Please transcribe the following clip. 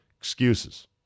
Excuses